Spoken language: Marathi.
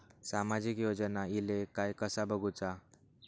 सामाजिक योजना इले काय कसा बघुचा?